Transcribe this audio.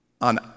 on